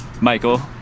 Michael